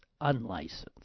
unlicensed